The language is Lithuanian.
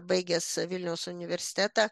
baigęs vilniaus universitetą